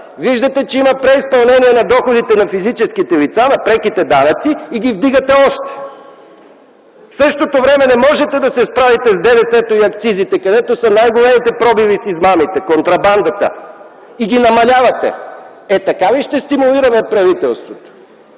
Виждате, че има преизпълнение на доходите на физическите лица, на преките данъци и ги вдигате още. В същото време не можете да се справите с ДДС-то и с акцизите, където са най-големите пробиви с измамите, контрабандата и ги намалявате. Така ли ще стимулираме правителството?